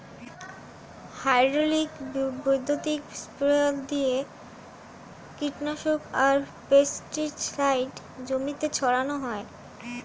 hydraulic বৈদ্যুতিক sprayer দিয়ে কীটনাশক আর পেস্টিসাইড জমিতে ছড়ান হয়